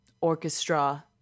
orchestra